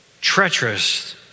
treacherous